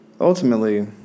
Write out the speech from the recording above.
ultimately